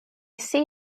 see